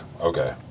okay